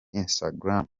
instagram